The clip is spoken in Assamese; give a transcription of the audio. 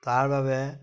তাৰ বাবে